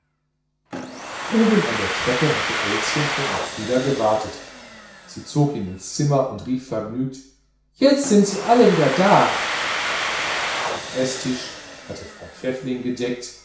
oben an der treppe hatte elschen schon auf frieder gewartet sie zog ihn ins zimmer und rief vergnügt jetzt sind sie alle wieder da den eßtisch hatte frau pfäffling gedeckt